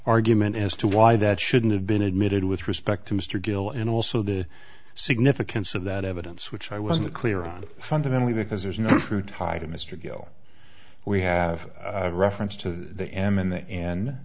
argument as to why that shouldn't have been admitted with respect to mr gill and also the significance of that evidence which i wasn't clear on fundamentally because there's no true tie to mr gill we have reference to the m and a and